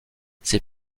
ces